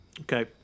okay